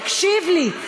תקשיב לי,